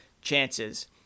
chances